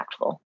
impactful